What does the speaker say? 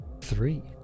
Three